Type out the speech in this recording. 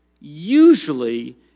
usually